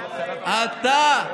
אתה,